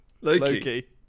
Loki